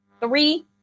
Three